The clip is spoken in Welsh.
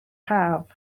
haf